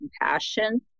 compassion